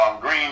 Green